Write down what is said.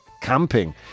camping